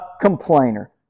complainer